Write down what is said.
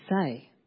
say